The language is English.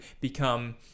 become